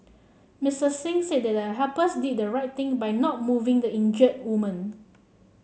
Misters Singh said the helpers did the right thing by not moving the injured woman